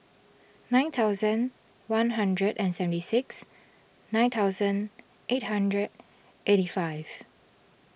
nine thousand one hundred and seventy six nine thousand eight hundred eighty five